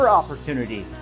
opportunity